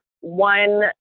one